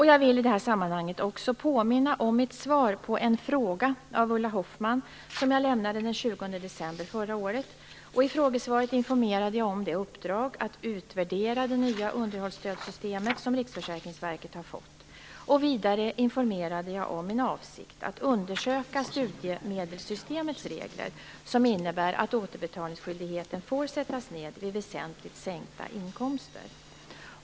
Jag vill i detta sammanhang också påminna om mitt svar på en fråga av Ulla Hoffmann som jag lämnade den 20 december förra året. I frågesvaret informerade jag om det uppdrag att utvärdera det nya underhållsstödssystemet som Riksförsäkringsverket har fått. Vidare informerade jag om min avsikt att undersöka studiemedelssystemets regler som innebär att återbetalningsskyldigheten får sättas ned vid väsentligt sänkta inkomster.